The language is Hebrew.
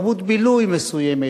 תרבות בילוי מסוימת,